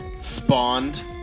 spawned